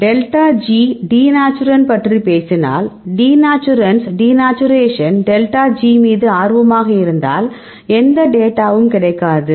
delta G denaturant பற்றி பேசினால் denaturants denaturation delta G மீது ஆர்வமாக இருந்தால் எந்த டேட்டாவும் கிடைக்காது